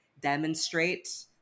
demonstrate